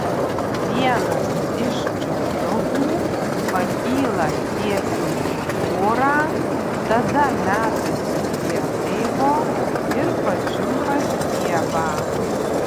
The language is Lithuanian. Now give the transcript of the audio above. vienas iš čiuptuvų pakyla tiesiai į orą tada metasi prie laivo ir pačiumpa stiebą